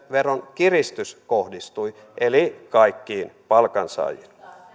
veronkiristys kohdistui eli kaikkiin palkansaajiin